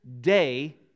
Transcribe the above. day